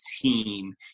team